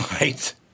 right